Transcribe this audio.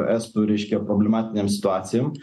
estų reiškia problematinėm situacijom